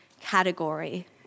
category